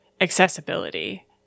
accessibility